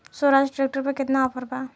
Swaraj tractor पर केतना offer बा?